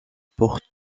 portent